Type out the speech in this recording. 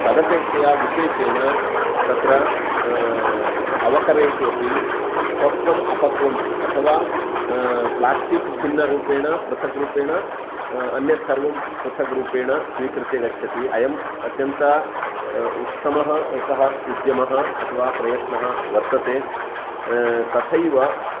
तदपेक्षया विशेषेण तत्र अवकरेषु अपि पक्वम् अपक्वम् अथवा प्ल्यास्टिक् भिन्नरूपेण पृथक् रूपेण अन्यत् सर्वं पृथग्रूपेण स्वीकृत्य गच्छति अयम् अत्यन्त उत्तमः एकः उद्यमः अथवा प्रयत्नः वर्तते तथैव